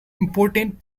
important